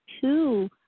two